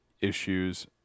issues